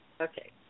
Okay